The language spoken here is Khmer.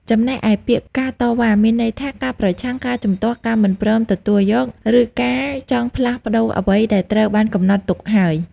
ចំំណែកឯពាក្យ ការតវ៉ា មានន័យថា ការប្រឆាំង ការជំទាស់ ការមិនព្រមទទួលយក ឬការចង់ផ្លាស់ប្តូរអ្វីដែលត្រូវបានកំណត់ទុកហើយ។